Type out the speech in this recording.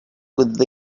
with